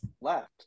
left